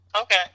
Okay